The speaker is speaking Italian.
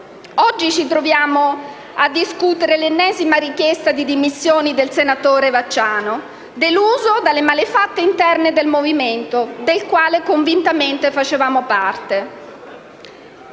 Oggi ci troviamo a discutere l'ennesima richiesta di dimissioni del senatore Vacciano, deluso dalle malefatte interne del Movimento, di cui convintamente facevamo parte,